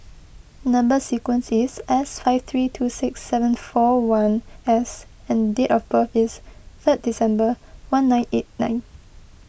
Number Sequence is S five three two six seven four one S and date of birth is three December one nine eight nine